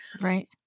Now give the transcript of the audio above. Right